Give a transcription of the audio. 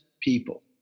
people